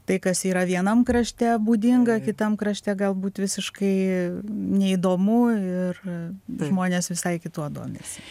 tai kas yra vienam krašte būdinga kitam krašte galbūt visiškai neįdomu ir žmonės visai kituo domisi